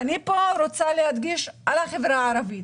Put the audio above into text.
אני רוצה להדגיש את החברה הערבית.